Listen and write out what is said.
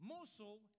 Mosul